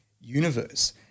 universe